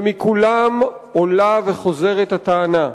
ומכולם עולה וחוזרת הטענה: